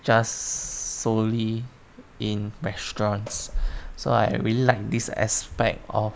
just solely in restaurants so I really like this aspect of